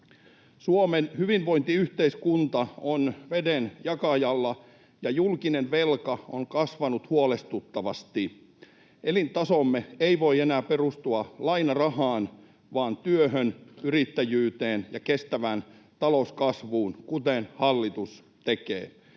Suomen hyvinvointiyhteiskunta on vedenjakajalla ja julkinen velka on kasvanut huolestuttavasti. Elintasomme ei voi enää perustua lainarahaan vaan työhön, yrittäjyyteen ja kestävään talouskasvuun, kuten hallitus tekee.